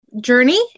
Journey